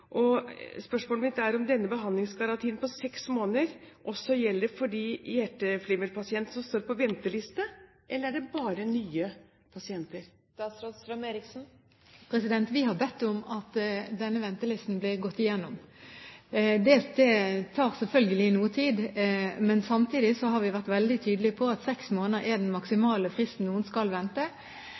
Spørsmålet mitt er om denne behandlingsgarantien på seks måneder også gjelder for de hjerteflimmerpasientene som står på venteliste, eller om det bare gjelder nye pasienter. Vi har bedt om at denne ventelisten blir gått gjennom. Det tar selvfølgelig noe tid, men samtidig har vi vært veldig tydelige på at seks måneder er den maksimale tiden noen skal vente.